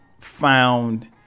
found